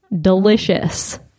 delicious